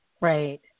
Right